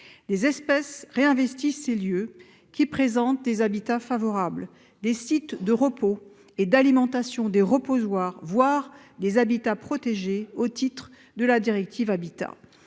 Des espèces réinvestissent ces lieux, qui présentent des habitats favorables, des sites de repos et d'alimentation, des reposoirs, voire des habitats protégés au titre de la directive Habitats.